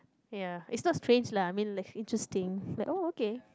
ya it's not strange lah I mean interesting like oh okay